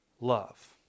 love